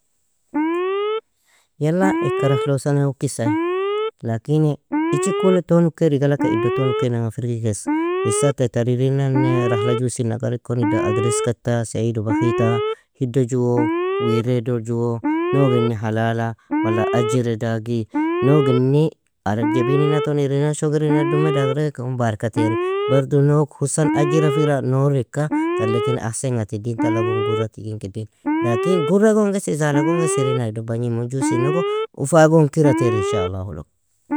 Yala ika rahlosanay ukis ay, lakini ichi kul ton ukeri galaka iddo ton ukenanga firgikes. Isata tar irinane rahla jusin agarikon iddan agrisgata, سعيد وبخيتة, hiddo juu? Wireadol juu? Nougini halala? Wala ajiredagi? Nougini arag jebinina ton irinan shongirina dume dagariga ikon barka tiari. Bardu noug husan ajira fira, nour ika talekin ahsan ga tidin, tala gon gurra tiginkidin lakin gurra gon gesi zala gon gasi irin ay do bagnimun jusinogo u fa gon kira ter ان شاء الله logo.